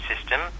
system